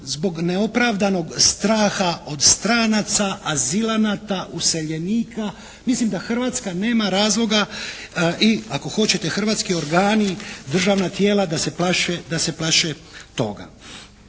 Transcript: zbog neopravdanog straha od stranaca, azilanata, useljenika. Mislim da Hrvatska nema razloga i ako hoćete hrvatski organi, državna tijela da se plaše toga.